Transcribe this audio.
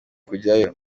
kujyayo